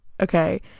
okay